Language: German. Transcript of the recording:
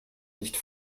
nicht